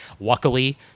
luckily